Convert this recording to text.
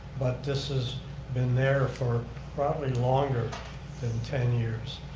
but, this has been there for probably longer than ten years.